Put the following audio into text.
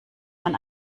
man